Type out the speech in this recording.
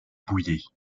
bouyer